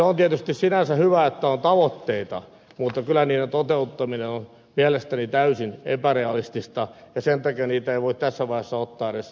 on tietysti sinänsä hyvä että on tavoitteita mutta kyllä niiden toteuttaminen on mielestäni täysin epärealistista ja sen takia niitä ei voi tässä vaiheessa ottaa edes vakavasti